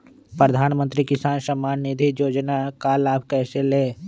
प्रधानमंत्री किसान समान निधि योजना का लाभ कैसे ले?